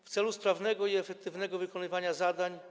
W celu sprawnego i efektywnego wykonywania zadań.